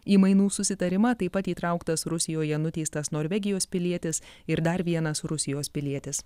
į mainų susitarimą taip pat įtrauktas rusijoje nuteistas norvegijos pilietis ir dar vienas rusijos pilietis